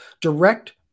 direct